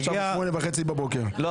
לא שמונה וחצי בבוקר,